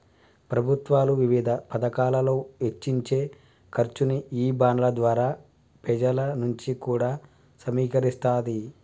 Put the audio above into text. ప్రభుత్వాలు వివిధ పతకాలలో వెచ్చించే ఖర్చుని ఈ బాండ్ల ద్వారా పెజల నుంచి కూడా సమీకరిస్తాది